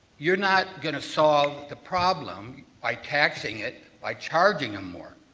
you're not going to solve the problem by taxing it, by charging them more.